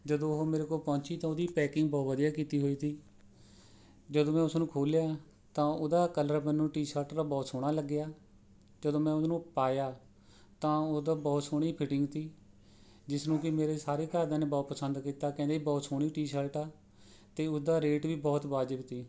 ਜਦੋਂ ਉਹ ਮੇਰੇ ਕੋਲ ਪਹੁੰਚੀ ਤਾਂ ਉਹਦੀ ਪੈਕਿੰਗ ਬਹੁਤ ਵਧੀਆ ਕੀਤੀ ਹੋਈ ਸੀ ਜਦੋਂ ਮੈਂ ਉਸਨੂੰ ਖੋਲ੍ਹਿਆ ਤਾਂ ਉਹਦਾ ਕਲਰ ਮੈਨੂੰ ਟੀ ਸ਼ਰਟ ਦਾ ਬਹੁਤ ਸੋਹਣਾ ਲੱਗਿਆ ਜਦੋਂ ਮੈਂ ਉਹਨੂੰ ਪਾਇਆ ਤਾਂ ਉਹਦਾ ਬਹੁਤ ਸੋਹਣੀ ਫਿਟਿੰਗ ਸੀ ਜਿਸ ਨੂੰ ਕਿ ਮੇਰੇ ਸਾਰੇ ਘਰਦਿਆਂ ਨੇ ਬਹੁਤ ਪਸੰਦ ਕੀਤਾ ਕਹਿੰਦੇ ਬਹੁਤ ਸੋਹਣੀ ਟੀ ਸ਼ਰਟ ਆ ਅਤੇ ਉਹਦਾ ਰੇਟ ਵੀ ਬਹੁਤ ਵਾਜਬ ਸੀ